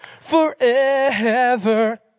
forever